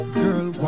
girl